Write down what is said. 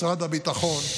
משרד הביטחון,